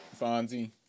Fonzie